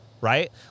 right